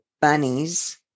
bunnies